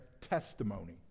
testimony